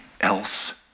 else